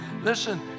listen